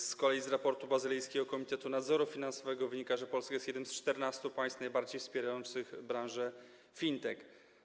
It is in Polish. Z kolei z raportu Bazylejskiego Komitetu Nadzoru Finansowego wynika, że Polska jest jednym z 14 państw najbardziej wspierających branżę FinTech.